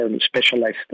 specialized